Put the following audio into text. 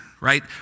right